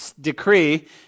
decree